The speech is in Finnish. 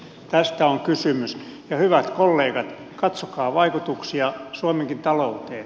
tästä on kysymys ja hyvät kollegat katsokaa vaikutuksia suomenkin talouteen